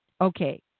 Okay